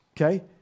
okay